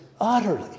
utterly